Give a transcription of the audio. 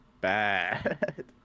bad